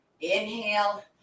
inhale